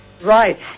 Right